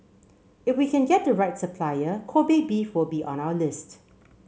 if we can get the right supplier Kobe beef will be on our list